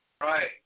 Right